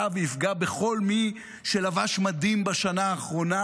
ויפגע בכל מי שלבש מדים בשנה האחרונה.